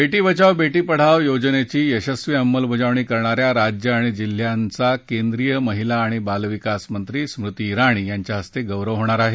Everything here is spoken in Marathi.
वेशी बचाव बेशी पढाव योजनेची यशस्वी अंमलबजावणी करणाऱ्या राज्य आणि जिल्ह्यांचा केंद्रीय महिला आणि बालविकास मंत्री स्मृती इराणी यांच्या हस्ते गौरव होणार आहे